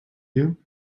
you